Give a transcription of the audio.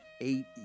eight